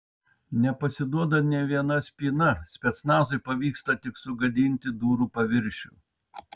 nepasiduoda nė viena spyna specnazui pavyksta tik sugadinti durų paviršių